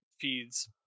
feeds